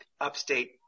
upstate